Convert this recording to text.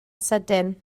sydyn